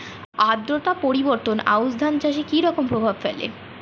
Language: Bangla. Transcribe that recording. আদ্রতা পরিবর্তন আউশ ধান চাষে কি রকম প্রভাব ফেলে?